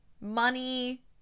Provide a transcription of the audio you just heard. money